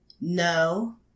No